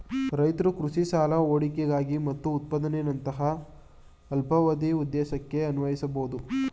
ರೈತ್ರು ಕೃಷಿ ಸಾಲನ ಹೂಡಿಕೆಗಾಗಿ ಮತ್ತು ಉತ್ಪಾದನೆಯಂತಹ ಅಲ್ಪಾವಧಿ ಉದ್ದೇಶಕ್ಕೆ ಅನ್ವಯಿಸ್ಬೋದು